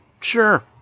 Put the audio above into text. sure